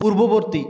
পূর্ববর্তী